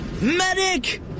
medic